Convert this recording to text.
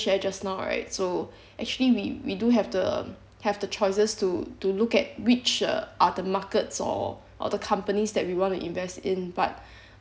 shared just now right so actually we we do have the have the choices to to look at which uh are the markets or or the companies that we want to invest in but